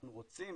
אנחנו רוצים